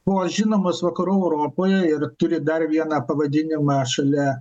buvo žinomas vakarų europoje ir turi dar vieną pavadinimą šalia